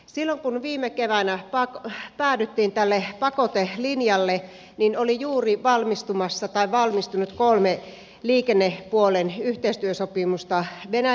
silloin kun viime keväänä päädyttiin tälle pakotelinjalle oli juuri valmistumassa tai valmistunut kolme liikennepuolen yhteistyösopimusta venäjän kanssa